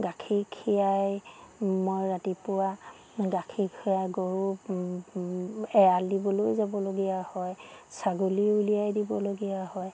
গাখীৰ খীৰাই মই ৰাতিপুৱা গাখীৰ খীৰাই গৰু এৰাল দিবলৈও যাবলগীয়া হয় ছাগলী উলিয়াই দিবলগীয়া হয়